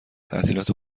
تعطیلات